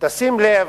תשים לב,